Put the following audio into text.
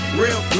real